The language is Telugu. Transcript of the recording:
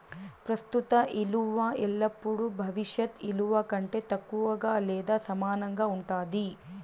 ప్రస్తుత ఇలువ ఎల్లపుడూ భవిష్యత్ ఇలువ కంటే తక్కువగా లేదా సమానంగా ఉండాది